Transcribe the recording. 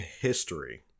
history